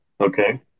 okay